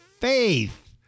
faith